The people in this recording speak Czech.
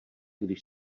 když